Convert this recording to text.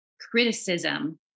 criticism